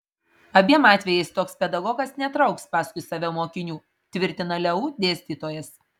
abiem atvejais toks pedagogas netrauks paskui save mokinių tvirtina leu dėstytojas